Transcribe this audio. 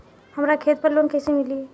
हमरा खेत पर लोन कैसे मिली?